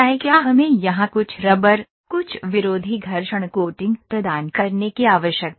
क्या हमें यहां कुछ रबर कुछ विरोधी घर्षण कोटिंग प्रदान करने की आवश्यकता है